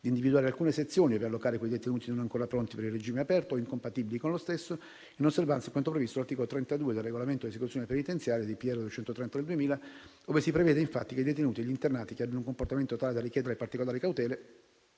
di individuare alcune sezioni ove allocare quei detenuti non ancora pronti per il regime aperto, o incompatibili con lo stesso, in osservanza di quanto previsto dall'articolo 32 del regolamento di esecuzione penitenziaria (DPR n. 230 del 2000), ove si prevede, infatti, che i detenuti e gli internati che abbiano un comportamento tale da richiedere particolari cautele,